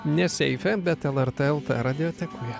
ne seife bet lrt lt radiotekoje